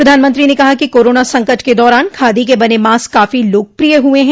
प्रधानमंत्री ने कहा कि कोरोना संकट के दौरान खादी के बने मास्क काफी लोकप्रिय हुए हैं